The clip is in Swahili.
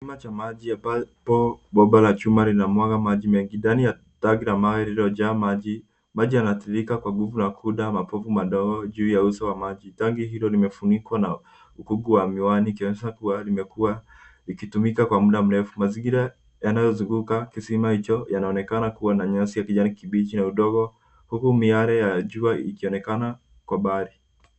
Kisima cha maji ambapo bomba la chuma linamwaga maji mengi. Ndani ya tanki la mawe lililojaa maji, maji yanatiririka kwa nguvu na kuunda mapovu madogo juu ya uso wa maji. Tanki hilo limefunikwa na ukungu wa miwani ikonyesha kuwa limekuwa likitumika kwa muda mrefu. Mazingira yanayozunguka kisima hicho yanaonekana kuwa na nyasi ya kijani kibichi na udongo huku miale ya jua ikionekana kwa mbali.